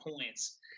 points